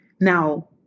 Now